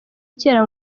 kera